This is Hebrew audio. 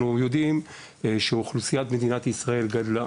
יודעים שאוכלוסיית מדינת ישראל גדלה.